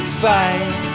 fight